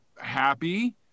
happy